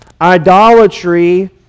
idolatry